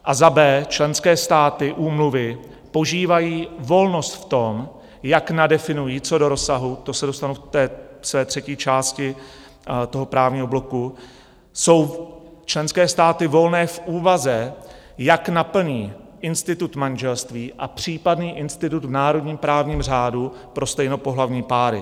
A za b) členské státy úmluvy požívají volnost v tom, jak nadefinují co do rozsahu k tomu se dostanu ve své třetí části právního bloku jsou členské státy volné v úvaze, jak naplní institut manželství a případný institut v národním právním řádu pro stejnopohlavní páry.